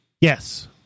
Yes